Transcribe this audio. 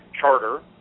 charter